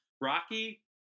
Rocky